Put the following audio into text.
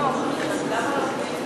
למה לא פנים?